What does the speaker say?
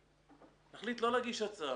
החליט לא להגיש הצעה,